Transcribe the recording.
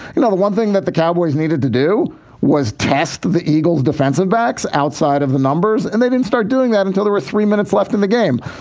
and the one thing that the cowboys needed to do was test the eagles defensive backs outside of the numbers. and they didn't start doing that until they were three minutes left in the game.